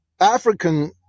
African